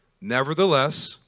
Nevertheless